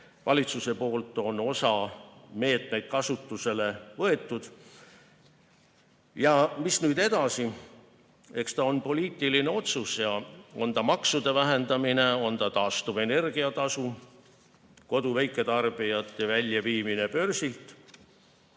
Valitsuse poolt on osa meetmeid kasutusele võetud. Ja mis nüüd edasi? Eks see on poliitiline otsus: on see maksude vähendamine, on see taastuvenergia tasu [vähendamine], kodu- ja väiketarbijate väljaviimine börsilt